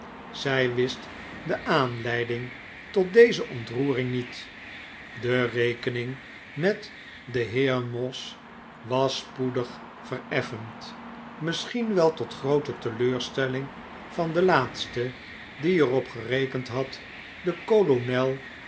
zij wist de aanleiding tot deze ontroering niet de rekening met den heer moss was spoedig vereffend misschien wel tot groote teleurstelling van den laatste die er op gerekend had den kolonel